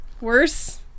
Worse